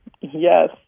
Yes